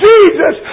Jesus